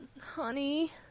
Honey